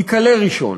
ייכלא ראשון.